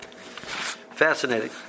Fascinating